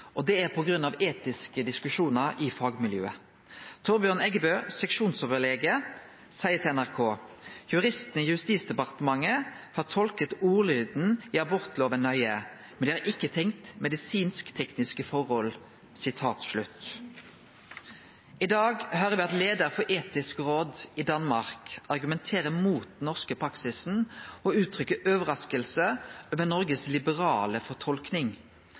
Det er på grunn av etiske diskusjonar i fagmiljøet. Seksjonsoverlege Torbjørn Eggebø seier til NRK: «Juristene i Justisdepartementet har tolket ordlyden i Abortloven nøye men de har ikke tenkt medisinsk-tekniske forhold.» I dag høyrer me at leiaren for Etisk råd i Danmark argumenterer mot den norske praksisen og uttrykkjer overrasking over den liberale